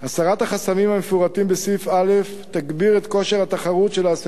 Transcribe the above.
הסרת החסמים המפורטים לעיל תגביר את כושר התחרותיות של העסקים